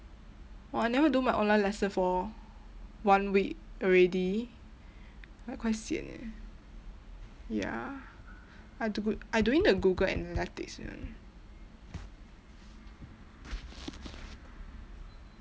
oh I never do my online lesson for one week already like quite sian eh ya I do goo~ I doing the google analytics one